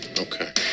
Okay